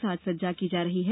साज ् सज्जा की जा रही है